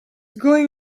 going